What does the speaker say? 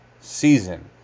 season